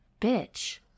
Bitch